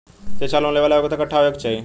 शिक्षा लोन लेवेला योग्यता कट्ठा होए के चाहीं?